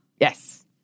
Yes